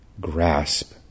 grasp